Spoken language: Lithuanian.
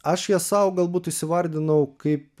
aš ją sau galbūt įsivardinau kaip